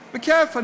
בכיף,